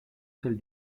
celle